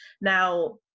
Now